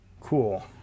Cool